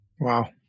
Wow